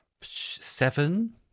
Seven